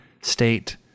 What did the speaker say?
State